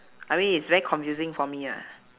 I mean is very confusing for me ah